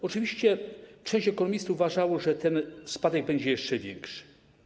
Oczywiście część ekonomistów uważała, że spadek będzie jeszcze większy.